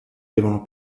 devono